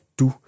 du